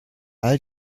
all